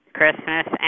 Christmas